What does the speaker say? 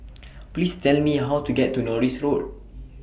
Please Tell Me How to get to Norris Road